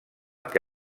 que